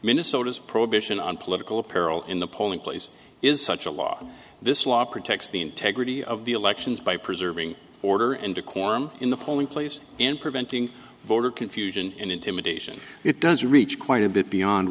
minnesota's prohibition on political peril in the polling place is such a law this law protects the integrity of the elections by preserving order and decorum in the polling place and preventing voter confusion and intimidation it does reach quite a bit beyond